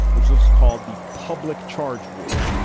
there's this called the public charge rule.